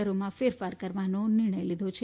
દરોમાં ફેરફાર કરવાનો નિર્ણય લીધો છે